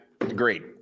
agreed